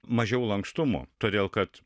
mažiau lankstumo todėl kad